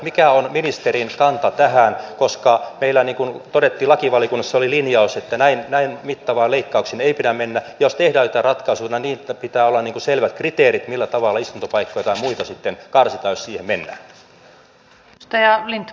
mikä on ministerin kanta tähän koska meillä todettiin lakivaliokunnassa linjaus että näin mittaviin leikkauksiin ei pidä mennä ja jos tehdään joitain ratkaisuja pitää olla selvät kriteerit siitä millä tavalla istuntopaikkoja tai muita sitten karsitaan jos siihen mennään